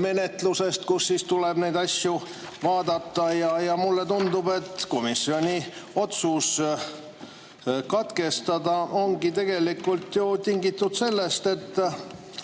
menetlusest, kus siis tuleb neid asju vaadata. Mulle tundub, et komisjoni otsus katkestada ongi tegelikult tingitud sellest, et